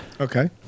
Okay